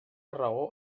raó